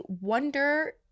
wonder